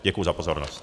Děkuji za pozornost.